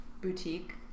boutique